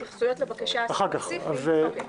התייחסויות לבקשה הספציפית אני גם אתייחס.